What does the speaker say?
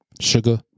Sugar